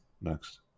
next